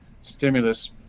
stimulus